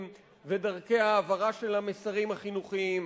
ודרכי העברה של המסרים החינוכיים,